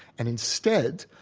and instead,